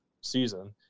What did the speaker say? season